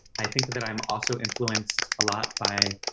i think that i'm also influenced a lot by,